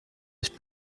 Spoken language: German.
ich